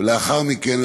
ולאחר מכן,